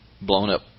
blown-up